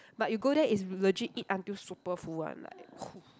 but you go there it's legit eat until super full one like !hoo!